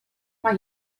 mae